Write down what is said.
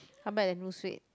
come back then lose weight